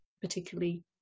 particularly